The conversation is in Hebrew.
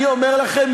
אני אומר לכם,